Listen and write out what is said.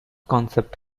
concept